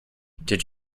did